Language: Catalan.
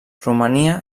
romania